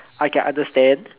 I can understand